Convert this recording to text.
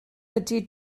ydy